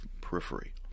periphery